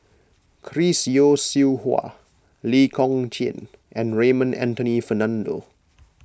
Chris Yeo Siew Hua Lee Kong Chian and Raymond Anthony Fernando